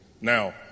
Now